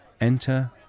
Enter